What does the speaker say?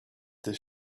this